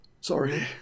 sorry